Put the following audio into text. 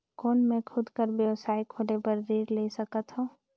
कौन मैं खुद कर व्यवसाय खोले बर ऋण ले सकत हो?